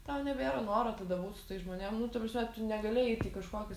tau nebėra noro tada būt su tais žmonėm nu ta prasme tu negali eit į kažkokis